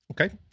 Okay